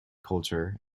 culture